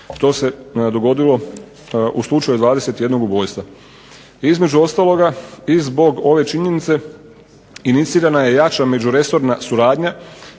To se dogodilo u slučaju 21 ubojstva. Između ostaloga i zbog ove činjenice inicirana je jača međuresorna suradnja